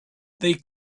they